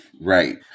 Right